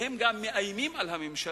והם גם מאיימים על הממשלה,